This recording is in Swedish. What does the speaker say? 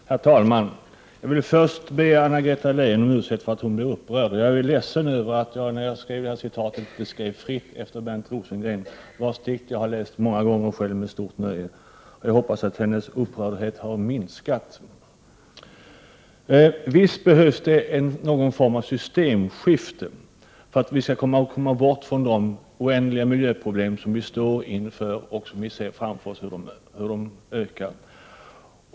Herr talman! Jag vill först be Anna-Greta Leijon om ursäkt för att jag gjorde henne upprörd. Jag är ledsen över att jag citerade fritt från Bernt Rosengrens dikt, som jag själv läst många gånger med stort nöje. Jag hoppas att Anna-Greta Leijons upprördhet nu har minskat. Visst fordras det någon form av systemskifte för att vi skall kunna komma bort från de oändliga miljöproblem som vi står inför — vi ser ju framför oss hur dessa problem ökar.